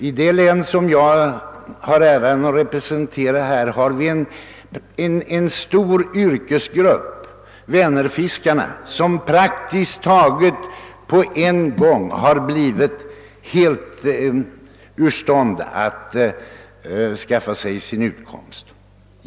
I det län som jag har äran att här representera har en stor yrkesgrupp, vänernfiskarna, på grund därav praktiskt taget över en natt blivit urståndsatta att skaffa sig sin utkomst.